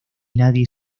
nadie